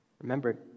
Remember